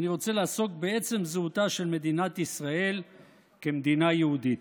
אני רוצה לעסוק בעצם זהותה של מדינת ישראל כמדינה יהודית.